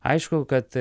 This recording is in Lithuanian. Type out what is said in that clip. aišku kad